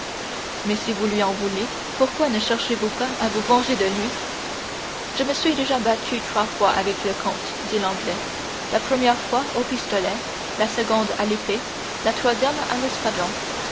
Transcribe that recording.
mais si vous lui en voulez pourquoi ne cherchez-vous pas à vous venger de lui je me suis déjà battu trois fois avec le comte dit l'anglais la première fois au pistolet la seconde à l'épée la troisième à l'espadon